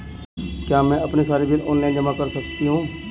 क्या मैं अपने सारे बिल ऑनलाइन जमा कर सकती हूँ?